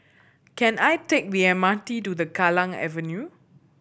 can I take the M R T to the Kallang Avenue